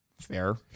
fair